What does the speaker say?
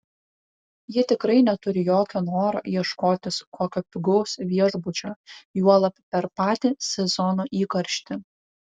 ji tikrai neturi jokio noro ieškotis kokio pigaus viešbučio juolab per patį sezono įkarštį